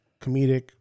comedic